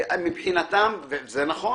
שמבחינתם וזה נכון